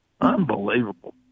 Unbelievable